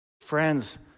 Friends